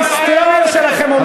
ההיסטריה שלכם אומרת הכול.